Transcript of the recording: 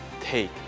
take